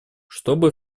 чтобы